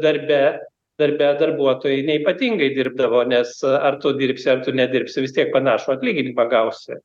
darbe darbe darbuotojai neypatingai dirbdavo nes ar tu dirbsi ar tu nedirbsi vis tiek panašų atlyginimą gausi